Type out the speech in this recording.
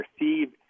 received